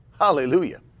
Hallelujah